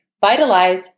Vitalize